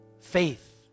faith